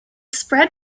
spread